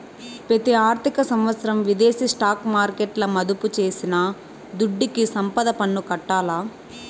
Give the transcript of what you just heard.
పెతి ఆర్థిక సంవత్సరం విదేశీ స్టాక్ మార్కెట్ల మదుపు చేసిన దుడ్డుకి సంపద పన్ను కట్టాల్ల